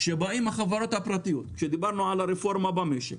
כשבאות החברות הפרטיות, כשדיברנו על הרפורמה במשק,